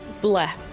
Bleh